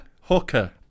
hooker